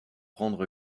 rendre